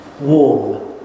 warm